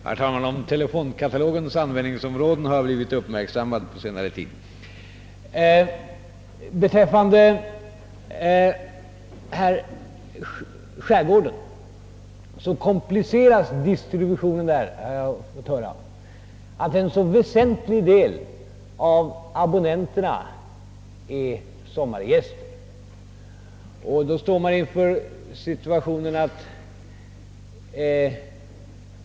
Herr talman! På telefonkatalogens användningsområde har jag fått min uppmärksamhet fäst på senare tid. Beträffande skärgården kompliceras distributionen — har jag fått höra — av att en så väsentlig del av abonnenterna är sommargäster. Två utdelningar kunde därför ifrågasättas.